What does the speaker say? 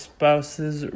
Spouses